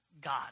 God